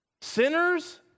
sinners